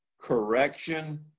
correction